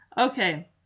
Okay